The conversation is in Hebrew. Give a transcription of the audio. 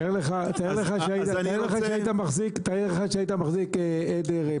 תאר לך שהיית מחזיק עדר פרות,